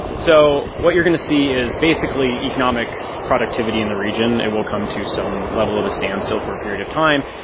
so what you're going to see is, basically, economic productivity in the region it will come to some level of a standstill for a period of time.